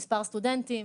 מספר סטודנטים,